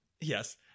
Yes